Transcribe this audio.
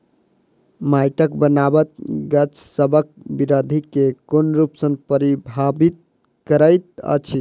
माइटक बनाबट गाछसबक बिरधि केँ कोन रूप सँ परभाबित करइत अछि?